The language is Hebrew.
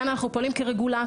כאן אנחנו פועלים כרגולטור.